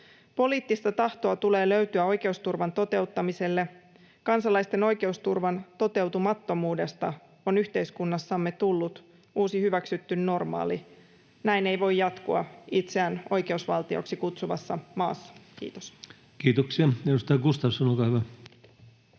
Poliittista tahtoa tulee löytyä oikeusturvan toteuttamiselle. Kansalaisten oikeusturvan toteutumattomuudesta on yhteiskunnassamme tullut uusi hyväksytty normaali. Näin ei voi jatkua itseään oikeusvaltioksi kutsuvassa maassa. — Kiitos. Kiitoksia. — Edustaja Gustafsson, olkaa hyvä. Arvoisa